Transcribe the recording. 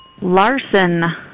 Larson